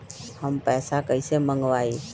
हम पैसा कईसे मंगवाई?